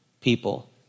people